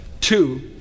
two